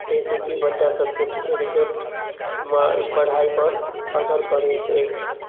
ताहि से कि बच्चा सबकेँ ओ रिजल्ट मे पढ़ाइ पर असर करैत अछि